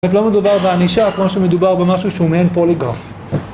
זאת אומרת לא מדובר בענישה כמו שמדובר במשהו שהוא מעין פוליגוף